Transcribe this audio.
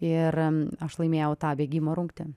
ir aš laimėjau tą bėgimo rungtį